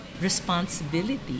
responsibility